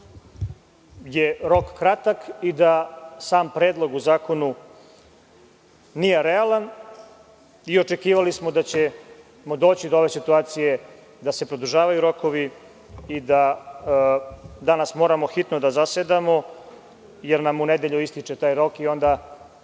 je rok kratak i da sam predlog u zakonu nije realan. Očekivali smo da ćemo doći do ove situacije, da se produžavaju rokovi i da danas moramo hitno da zasedamo, jer nam u nedelju ističe taj rok i onda